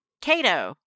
Cato